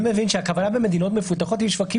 אני מבין שהקבלה ב"מדינות מפותחות עם שווקים